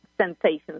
sensations